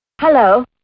Hello